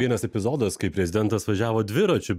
vienas epizodas kai prezidentas važiavo dviračiu